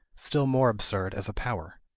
still more absurd as a power.